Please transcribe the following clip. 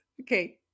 okay